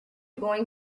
going